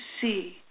see